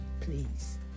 please